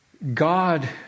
God